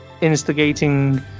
instigating